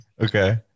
okay